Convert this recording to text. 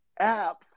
apps